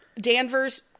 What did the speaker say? Danvers